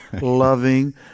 loving